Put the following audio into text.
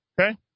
Okay